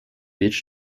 each